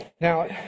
now